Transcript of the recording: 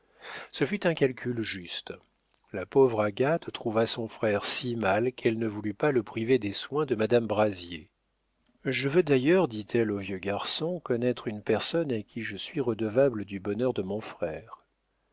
ce fut un calcul juste la pauvre agathe trouva son frère si mal qu'elle ne voulut pas le priver des soins de madame brazier je veux d'ailleurs dit-elle au vieux garçon connaître une personne à qui je suis redevable du bonheur de mon frère